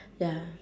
ya